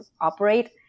operate